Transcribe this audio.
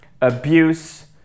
abuse